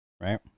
Right